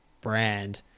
brand